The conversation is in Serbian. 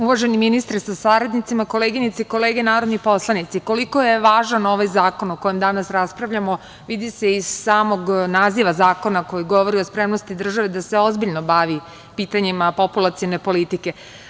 Uvaženi ministre sa saradnicima, koleginice i kolege narodni poslanici, koliko je važan ovaj zakon o kome danas raspravljamo vidi se iz samog naziva zakona koji govori o spremnosti države da se ozbiljno bavi pitanjima populacione politike.